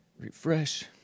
Refresh